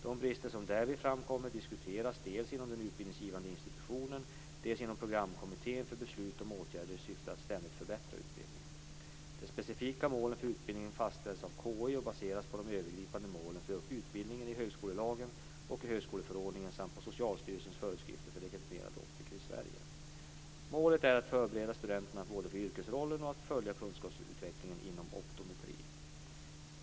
De brister som därvid framkommer diskuteras dels inom den utbildningsgivande institutionen, dels inom programkommittén för beslut om åtgärder i syfte att ständigt förbättra utbildningen. De specifika målen för utbildningen fastställs av KI och baseras på de övergripande målen för utbildningen i högskolelagen och i högskoleförordningen samt på Socialstyrelsens föreskrifter för legitimerade optiker i Sverige. Målet är att förbereda studenterna både för yrkesrollen och att följa kunskapsutvecklingen inom optometri.